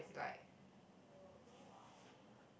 like